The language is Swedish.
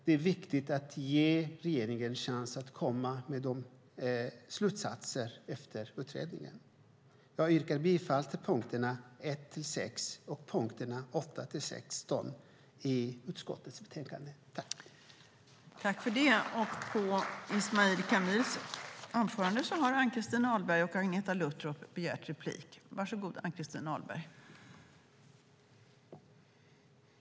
Det är viktigt att ge regeringen en chans att komma med slutsatser efter utredningen. Jag yrkar bifall till förslaget i utskottets betänkande under punkterna 1-6 och punkterna 8-16.